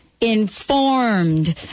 informed